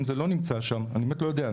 אם זה לא נמצא שם, אני באמת לא יודע.